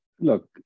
Look